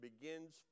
begins